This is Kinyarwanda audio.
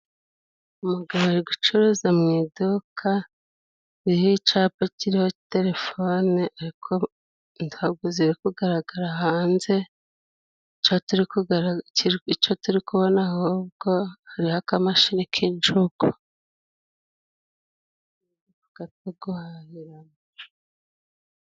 Umugabo ari gucuruza mu iduka ririho icapa kiriho telefone, ariko ntabwo ziri kugaragara hanze. Ico tuti kugara kiri ico turi kubona ahubwo, hariho akamashini k'injugu.